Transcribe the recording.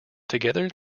together